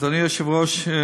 אדוני היושב-ראש,